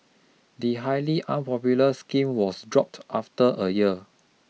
the highly unpopular scheme was dropped after a year